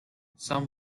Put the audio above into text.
some